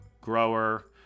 grower